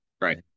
Right